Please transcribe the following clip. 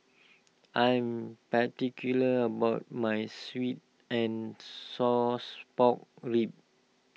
I'm particular about my Sweet and sauce Pork Ribs